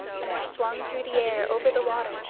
and were swung through the air over the water,